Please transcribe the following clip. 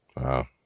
Wow